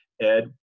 ed